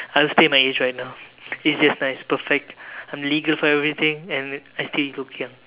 I'll stay my age right now it is just nice perfect I'm legal for everything and I still look young